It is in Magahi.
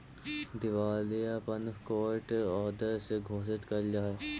दिवालियापन कोर्ट ऑर्डर से घोषित कैल जा हई